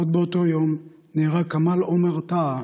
עוד באותו היום נהרג כמאל עומאר טהא,